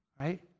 Right